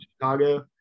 Chicago